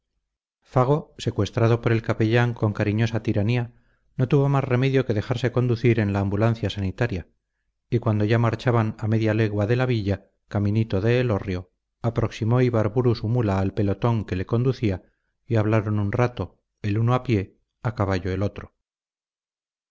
fago secuestrado por el capellán con cariñosa tiranía no tuvo más remedio que dejarse conducir en la ambulancia sanitaria y cuando ya marchaban a media legua de la villa caminito de elorrio aproximó ibarburu su mula al pelotón que le conducía y hablaron un rato el uno a pie a caballo el otro